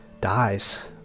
dies